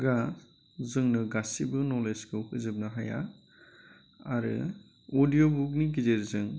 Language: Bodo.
जोंनो गासैबो नलेजखौ होजोबनो हाया आरो अदिअ' बुकनि गेजेरजों